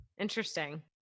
Interesting